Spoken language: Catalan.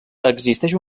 existeix